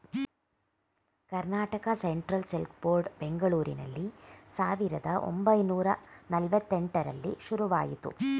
Karnataka central silk board ಬೆಂಗಳೂರಿನಲ್ಲಿ ಸಾವಿರದ ಒಂಬೈನೂರ ನಲ್ವಾತ್ತೆಂಟರಲ್ಲಿ ಶುರುವಾಯಿತು